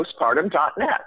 postpartum.net